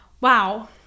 Wow